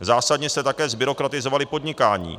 Zásadně jste také zbyrokratizovali podnikání.